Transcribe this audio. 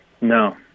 No